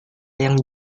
yang